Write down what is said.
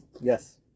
Yes